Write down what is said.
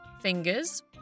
Fingers